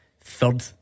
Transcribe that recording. third